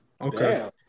Okay